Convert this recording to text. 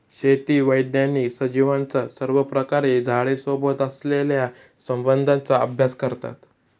शेती वैज्ञानिक सजीवांचा सर्वप्रकारे झाडे सोबत असलेल्या संबंधाचा अभ्यास करतात